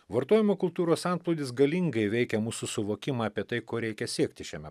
vartojimo kultūros antplūdis galingai veikia mūsų suvokimą apie tai ko reikia siekti šiame